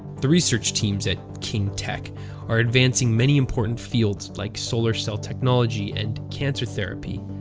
the research teams at king tech are advancing many important fields like solar cell technology and cancer therapy.